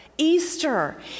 Easter